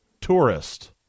tourist